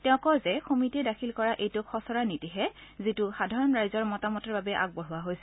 তেওঁ কয় যে সমিতিয়ে দাখিল কৰা এইটো খচৰা নীতিহে যিটো সাধাৰণ ৰাইজৰ মতামতৰ বাবে আগবঢ়োৱা হৈছে